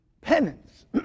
penance